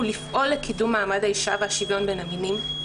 "לפעול לקידום מעמד האישה והשוויון בין המינים,